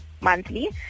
monthly